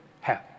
Half